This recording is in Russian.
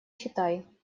читай